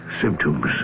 symptoms